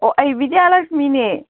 ꯑꯣ ꯑꯩ ꯕꯤꯗ꯭ꯌꯥꯂꯛꯁꯃꯤꯅꯦ